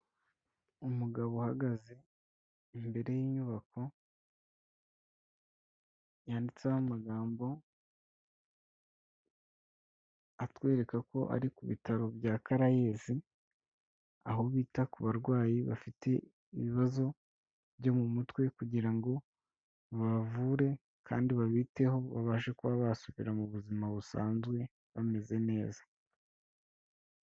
Umugabo uhagaze imbere y'inyubako, yanditseho amagambo, atwereka ko ari ku bitaro bya Caraes, aho bita ku barwayi bafite ibibazo byo mu mutwe kugira ngo babavure kandi babiteho, babashe kuba basubira mu buzima busanzwe bameze neza.